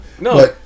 No